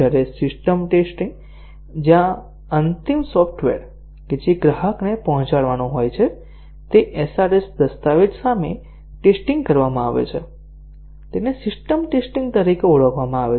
જ્યારે system testing જ્યાં અંતિમ સોફ્ટવેર કે જે ગ્રાહકને પહોંચાડવાનું હોય તે SRS દસ્તાવેજ સામે ટેસ્ટીંગ કરવામાં આવે છે તેને સિસ્ટમ ટેસ્ટીંગ તરીકે ઓળખવામાં આવે છે